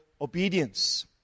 obedience